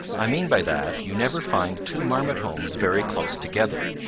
i mean by that you never find two marmot homes very close together.